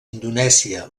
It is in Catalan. indonèsia